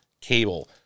cable